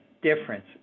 difference